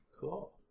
Cool